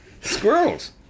Squirrels